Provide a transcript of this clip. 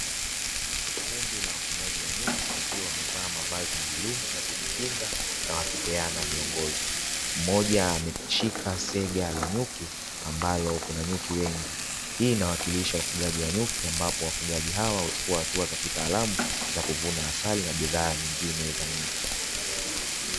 Kundi la wafugaji wa nyuki wakiwa wamevaa mavazi maalumu ya kujikinga na wakipeana miongozo. Mmoja ameshika sega la nyuki ambalo kuna nyuki wengi, hii inawakilisha ufugaji wa nyuki ambapo wafugaji hawa huchukua hatua za kitaalamu za kuvuna asali na bidhaa nyingine za nyuki.